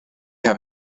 have